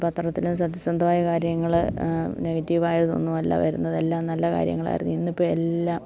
പത്രത്തിലും സത്യസന്ധമായ കാര്യങ്ങൾ നെഗറ്റീവായതൊന്നും അല്ല വരുന്നതെല്ലാം നല്ല കാര്യങ്ങളായിരുന്നു ഇന്നിപ്പോൾ എല്ലാം